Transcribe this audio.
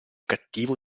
cattivo